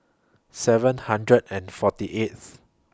seven hundred and forty eighth